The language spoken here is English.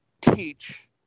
teach